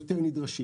נדרשים.